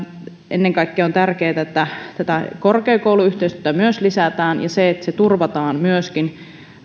ennen kaikkea on tärkeätä että korkeakouluyhteistyötä lisätään ja että se turvataan myöskin